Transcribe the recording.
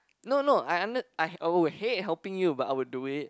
no no I under~ I would hate helping you but I will do it